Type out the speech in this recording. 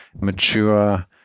mature